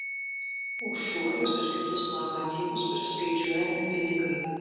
už šuolius ir kitus normatyvus priskaičiuojami pinigai